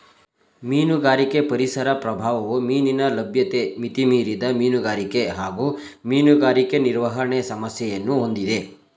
ಮೀನುಗಾರಿಕೆ ಪರಿಸರ ಪ್ರಭಾವವು ಮೀನಿನ ಲಭ್ಯತೆ ಮಿತಿಮೀರಿದ ಮೀನುಗಾರಿಕೆ ಹಾಗೂ ಮೀನುಗಾರಿಕೆ ನಿರ್ವಹಣೆ ಸಮಸ್ಯೆಯನ್ನು ಹೊಂದಿದೆ